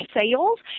sales